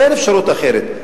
אין אפשרות אחרת.